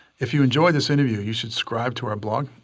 if you enjoy this interview, you should subscribe to our blog.